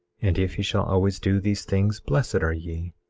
and if ye shall always do these things blessed are ye,